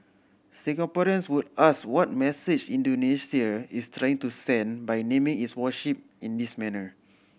Singaporeans would ask what message Indonesia is trying to send by naming its warship in this manner